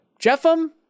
Jeffem